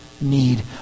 need